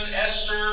Esther